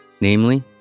Namely